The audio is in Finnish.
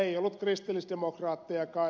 ei ollut kristillisdemokraattejakaan